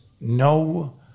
no